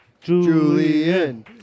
Julian